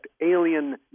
alien